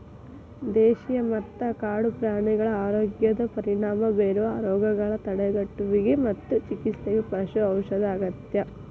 ದೇಶೇಯ ಮತ್ತ ಕಾಡು ಪ್ರಾಣಿಗಳ ಆರೋಗ್ಯದ ಪರಿಣಾಮ ಬೇರುವ ರೋಗಗಳ ತಡೆಗಟ್ಟುವಿಗೆ ಮತ್ತು ಚಿಕಿತ್ಸೆಗೆ ಪಶು ಔಷಧ ಅಗತ್ಯ